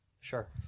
Sure